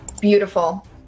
Beautiful